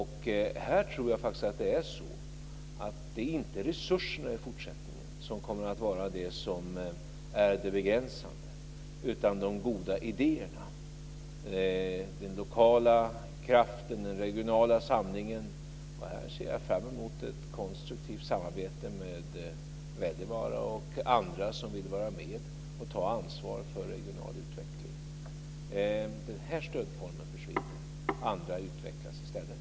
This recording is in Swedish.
Här tror jag faktiskt att det är så att det i fortsättningen inte är resurserna som kommer att vara det som är det begränsande utan de goda idéerna, den lokala kraften och den regionala samlingen. Och här ser jag fram emot ett konstruktivt samarbete med Erling Wälivaara och andra som vill vara med och ta ansvar för regional utveckling. Den här stödformen försvinner. Andra utvecklas i stället.